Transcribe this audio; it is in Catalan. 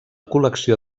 col·lecció